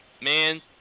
Man